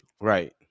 Right